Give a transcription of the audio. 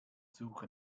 suche